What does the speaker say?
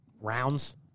rounds